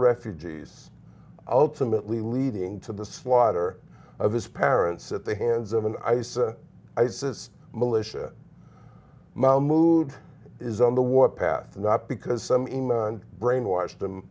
refugees ultimately leading to the slaughter of his parents at the hands of an isis militia mahmoud is on the warpath not because some in brainwash them